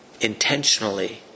intentionally